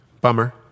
bummer